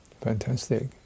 Fantastic